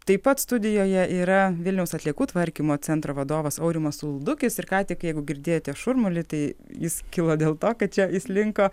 taip pat studijoje yra vilniaus atliekų tvarkymo centro vadovas aurimas uldukis ir ką tik jeigu girdėjote šurmulį tai jis kilo dėl to kad čia įslinko